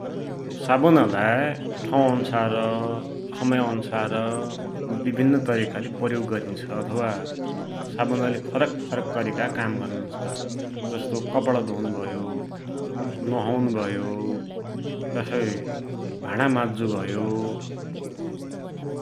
सावुनलाई ठौ अन्सार, समय अन्सार विभिन्न तरिकाले प्रयोग गरिन्छ, अथवा सावुनले फरक फरक तरिका काम गरुन्छ । जसो कपडा धुन भयो, नुहाउन भयो, तसोइ भाडा माज्जु भयो ।